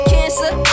Cancer